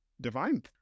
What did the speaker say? divine